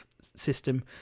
system